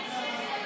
ההצעה